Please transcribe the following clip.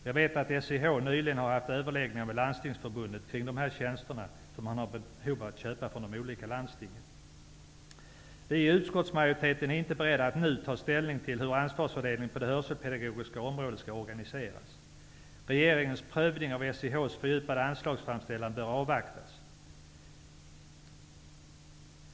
Jag vet att SIH nyligen har haft överläggningar med Landstingsförbundet kring de tjänster man har behov av att köpa från de olika landstingen. Utskottsmajoriteten är inte beredd att nu ta ställning till hur ansvarsfördelningen på det hörselpedagogiska området skall organiseras. Regeringens prövning av SIH:s fördjupade anslagsframställan bör avvaktas.